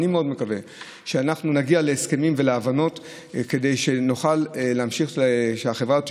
אני מאוד מקווה שאנחנו נגיע להסכמים ולהבנות כדי שהחברה הזאת